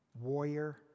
warrior